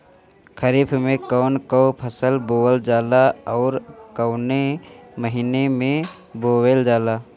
खरिफ में कौन कौं फसल बोवल जाला अउर काउने महीने में बोवेल जाला?